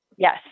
Yes